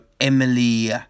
Emily